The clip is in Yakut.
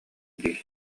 дии